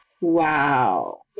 Wow